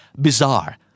bizarre